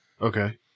Okay